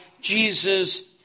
Jesus